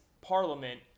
parliament